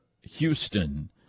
Houston